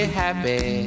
happy